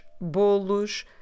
bolos